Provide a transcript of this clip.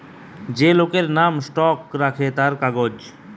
যে লোকের নাম স্টক রাখে তার কাগজ